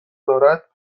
دارد